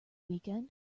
weekend